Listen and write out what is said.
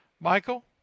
Michael